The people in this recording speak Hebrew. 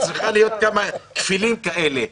את צריכה כמה כפילים כאלה.